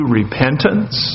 repentance